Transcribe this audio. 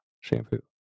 shampoo